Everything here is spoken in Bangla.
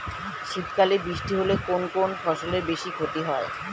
শীত কালে বৃষ্টি হলে কোন কোন ফসলের বেশি ক্ষতি হয়?